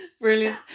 Brilliant